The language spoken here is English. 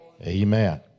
Amen